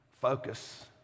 focus